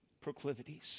proclivities